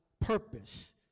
purpose